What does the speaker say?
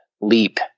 leap